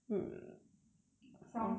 sounds feasible